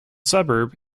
suburb